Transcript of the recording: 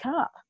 up